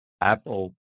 Apple